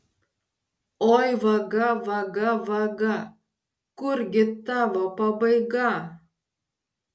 oi vaga vaga vaga kurgi tavo pabaiga